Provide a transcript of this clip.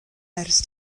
ers